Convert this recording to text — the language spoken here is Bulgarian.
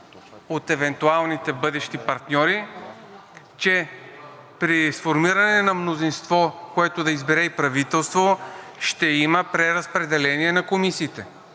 от евентуалните бъдещи партньори, че при сформиране на мнозинство, което да избере правителство, ще има преразпределение на комисиите